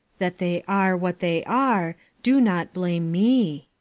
that they are what they are, do not blame me!